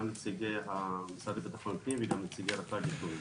נציגי המשרד לביטחון פנים וגם נציגי רט"ג התייחסו אליו.